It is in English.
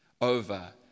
over